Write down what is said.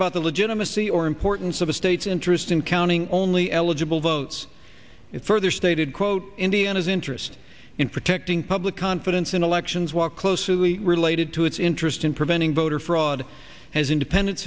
about the legitimacy or importance of the state's interest in counting only eligible votes it further stated quote indiana's interest in protecting public confidence in elections while closely related to its interest in preventing voter fraud has independent